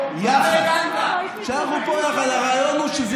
כל הרעיון בחיים משותפים,